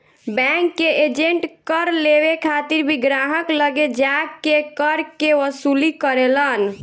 bank के agent कर लेवे खातिर भी ग्राहक लगे जा के कर के वसूली करेलन